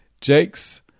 Jakes